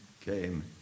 came